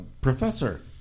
Professor